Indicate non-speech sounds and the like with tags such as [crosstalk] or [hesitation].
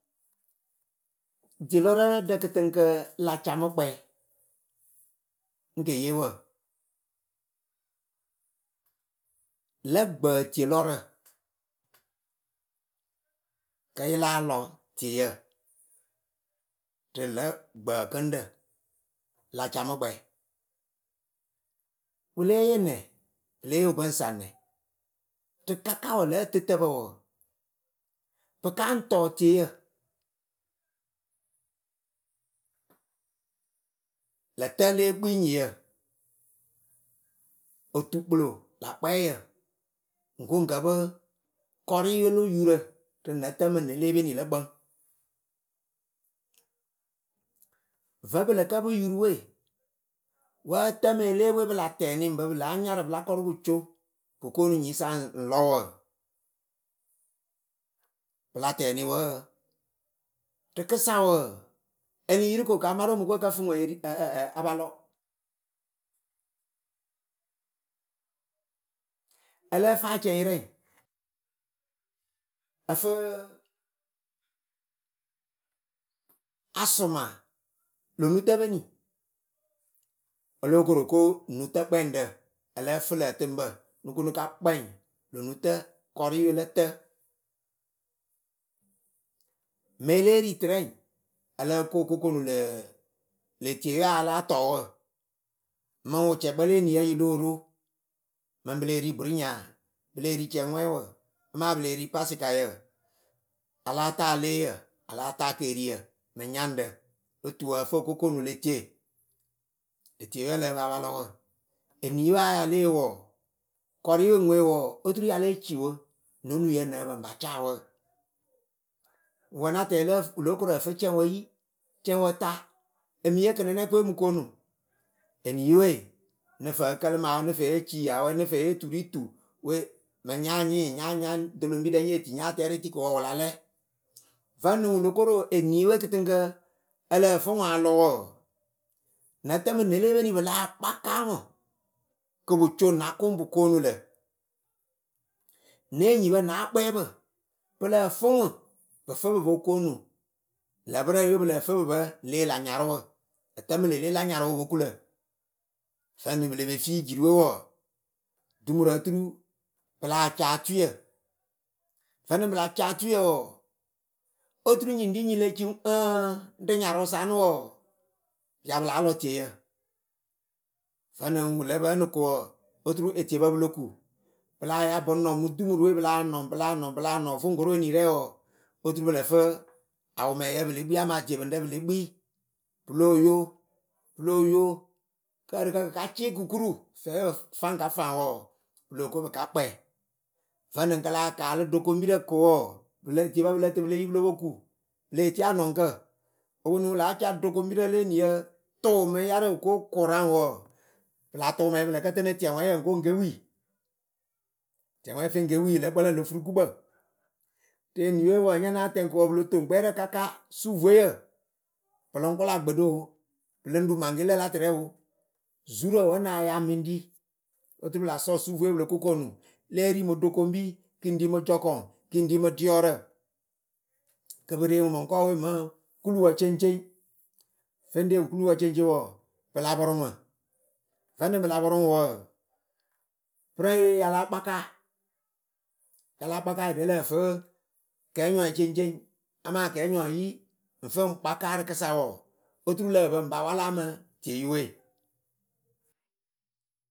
Dielɔrǝ lǝ ɖǝ kɨtɨŋkǝ la camɨ kpɛ ŋ ke yee wǝ. lǝ̌ gbǝtielɔrǝ kǝ yɨ láa lɔ tieyǝ rɨ lǝ̌ gbǝǝkɨŋɖǝ la camɨkpɛ wɨ lée yee nɛ? pɨ lée yee wɨ pɨŋ saŋ nɛ? rɨ kakawǝ lǝ̌ ǝtɨtǝpǝ wɔɔ, pɨ kaŋ tɔ tieyǝ Lǝ̈ tǝ lée kpi nyiŋyǝ otukpɨlo lä kpɛɛyǝ ŋ ko ŋ kǝ pɨ kɔrɩye lo yurǝ rɨ nǝtǝ mɨ nele lǝ kpǝŋ Vǝ pɨ lǝ kǝ pɨ yurɨwe wǝ ǝtǝ melepwe pɨla tɛnɩ bɨ pɨ láa nyarɨ pɨla kɔrʊ pɨ co pɨ koonu nyisa ŋ lɔ wǝ pɨ la tɛnɩ wǝǝ. Rɨkɨsa wɔɔ, e liŋ yirɨ ko ka marɨ o mɨ ko ǝkǝ fɨ ŋwɨ [hesitation] a pa lɔ. ,ǝ lǝ́ǝ fɨ acɛŋyɨrɛŋ ǝ fɨ asʊma lö nutǝpeni. O lo koro ko nutǝgbɛŋɖǝ. ǝ lǝ́ǝ fɨ lǝ ǝtɨŋbǝ nɨ ko nɨ ka kpɛŋ lö nutǝ kɔrɩyɨwe lǝ tǝ mɨŋ e lée ri tɨrɛŋ, o lóo ko o ko koonu le tieyɨwe a ya láa tɔ wǝ. Mɨŋ wɨcɛkpǝ le eniyǝ yɨ lóo ro mɨŋ pɨ lée ri burunya pɨ lée ri cɛŋŋwɛŋwǝ amaa pɨ lée pasikayǝ a láa taa eleeyǝ a láa ekeriyǝ mɨ nyaŋɖǝ lo tuwǝ ǝ fɨ o ko koonu le tie Le tieyɨwe ǝ lǝ́ǝ pǝ a pa lɔ wǝ. eniyɨwe a ya lée yee wɨ wɔɔ, Kɔrɩye ŋwe wɔɔ oturu ya lée ciwǝ no nuŋyǝ nǝ́ǝ pǝ ŋ ba ca wǝǝ wǝ na tɛŋ lǝ wɨlo korǝ fɨ cɛwǝ yi cɛŋwǝ ta emɨ yee kɨnɨnɛkɨwe o mɨ koonu ŋwɨ eniyɨwe nɨ fǝǝkǝlɨ maawɛ nɨ fee ci awɛ nɨ fee yee turiŋtu we mɨŋ nya nyɩ nya nya doloŋbirɛ nye ti nya tɛɛrɩ tɩ ko wɔɔ, wɨ la lɛ. Vǝnɨŋ wɨ lokoro eniyɨwe kɨtɨŋkǝ ǝ lǝ fɨ ŋwɨ a lɔ wɔɔ, nǝ tǝ mɨ ne le peni pɨ láa kpaka ŋwɨ Kɨ pɨ co na kʊŋ pɨ koonu lǝ. ne enyipǝ na akpɛɛpǝ pɨ lǝ́ǝ fɨ ŋwɨ pɨ fɨ po koonu. lǝ pɨrǝŋyɨwe pɨ lǝ fɨ pɨ pǝ le lä nyarʊwǝ lǝ tǝ mɨ le le la nayrʊwǝ pɨ po kulǝ. vǝnɨŋ pɨle pe fi jirɨwe wɔɔ, dumurǝ oturu pɨ láa ca otuyǝ. Vǝnɨǝ pɨla ca otuyǝ wɔɔ oturu nyiriŋnyi le ci wǝ ekeniŋ ɨŋŋ rɨ nyarʊsa ǝnɨ wɔɔ pɨ ya pɨ láa lɔ tieyǝ, vǝnɨŋ wɨ lǝ pǝ ǝnɨ ko wɔɔ oturu etiepǝ pɨ lo ku. pɨ láa ya pɨŋ nɔŋ mɨ dumurɨwe pɨla nɔŋ pɨla nɔŋ pɨla nɔŋ wɨ foŋkoro enirɛ wɔɔ oturu pɨlǝ fɨ awomɛyǝ pɨle kpi amaa diepɨŋɖǝ pɨle kpi pɨ lóo yo, pɨ lóo yo kɨ ǝrɨkǝ kɨ ka cɩ kɨ kuru fɛɛwe pɨ faŋka faŋ wɔɔ, pɨ lóo ko pɨ ka kpɛ vǝnɨŋ kɨ láa kaalɨ ɖokoŋbirǝ ko wɔɔ pɨlǝ etiepǝ pɨ lǝ tɨ pɨ le yi lo po ku pɨ lée tie anɔŋkǝ oponuŋ wɨ láa ca ɖokoŋbirǝ le eniyǝ tʊʊ mɨ yarǝ wɨ ko kʊraŋ wɔɔ, pɨ la tʊ mɛŋwǝ pɨ lǝ kǝ tɨnɨ tiɛwɛŋyǝ ŋ ko ŋ ke wi. Tiɛwɛŋ feŋ ke wi lǝ kpǝlǝŋ lo furu gukpǝ rɨ eniye wǝ na náatɛŋ pɨlo toŋ gbɛɛrǝ kaka suvueyǝ pɨ lɨŋ kʊla gbeɖɨ oo, pɨ lɨŋ ru mankelǝ la tɨrɛŋ oo zurǝ wǝ na ya mɨŋ ri. oturu pɨ la sɔ suvueyǝ pɨ lo ko koonu ŋwɨ. Le ri mɨ ɖokoŋbi kɨ ŋ ɖi mɨ jɔkɔŋ kɨŋ ɖi mɨ ɖiɔrǝ kɨ pɨ reŋwɨ mɨŋkɔwe mɨŋ kuluwǝ ceŋceŋ. feŋ reŋwɨ kuluwǝ ceŋceŋ wɔɔ, pɨla pɔrʊ ŋwɨ, vǝnɨŋ pɨ la pɔrʊ ŋwɨ wǝǝ pɨrǝŋye ya la kpaka. ya la kpaka aɖɛ lǝ́ǝ fɨ kɛnyɔŋyǝ ceŋceŋ amaa kɛnyɔŋyǝ yi,ŋ fɨ ŋ kpaka rɨkɨsa wɔɔ oturu lǝ́ǝ pǝ ŋ pa wala mɨ tieyɨwe.